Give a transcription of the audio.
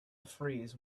freeze